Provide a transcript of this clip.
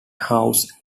house